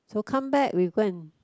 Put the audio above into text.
so come back we go and